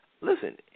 Listen